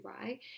right